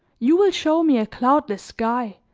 you will show me a cloudless sky,